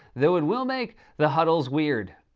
though it will make the huddles weird.